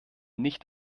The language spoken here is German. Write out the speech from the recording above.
nicht